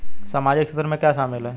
सामाजिक क्षेत्र में क्या शामिल है?